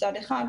מצד אחד,